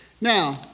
Now